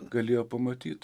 galėjo pamatyt